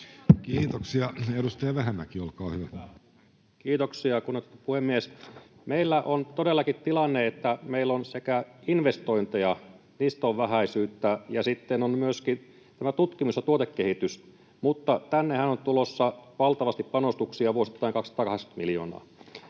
vuosille 2024—2027 Time: 15:15 Content: Kiitoksia, kunnioitettu puhemies! Meillä on todellakin tilanne, että meillä on investoinneissa vähäisyyttä, ja sitten on myöskin tämä tutkimus- ja tuotekehitys, mutta tännehän on tulossa valtavasti panostuksia, vuosittain 280 miljoonaa.